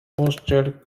hosted